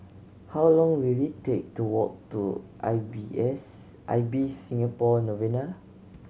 how long will it take to walk to I B S I B Singapore Novena